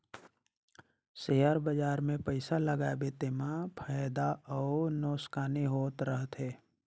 share बजार मे पइसा लगाबे तेमा फएदा अउ नोसकानी होत रहथे